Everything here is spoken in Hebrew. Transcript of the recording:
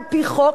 על-פי חוק,